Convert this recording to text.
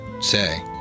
say